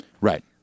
Right